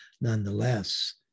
nonetheless